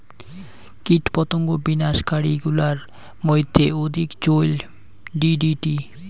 কীটপতঙ্গ বিনাশ কারী গুলার মইধ্যে অধিক চৈল ডি.ডি.টি